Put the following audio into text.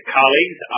colleagues